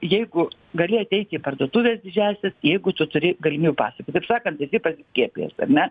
jeigu gali ateiti į parduotuves didžiąsias jeigu tu turi galimybių pasą kitaip sakant esi pasiskiepijęs ar ne